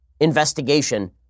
investigation